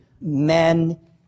men